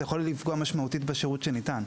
זה יכול לפגוע משמעותית בשירות שניתן.